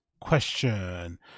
question